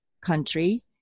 country